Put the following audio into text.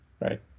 Right